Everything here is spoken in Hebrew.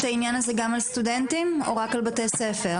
העניין הזה גם על סטודנטים או רק על בתי ספר?